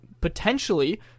potentially